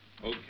Okay